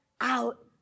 out